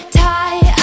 tie